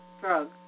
drugs